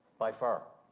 by far.